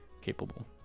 capable